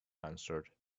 answered